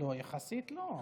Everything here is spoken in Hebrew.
לא, יחסית לא.